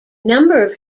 number